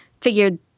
figured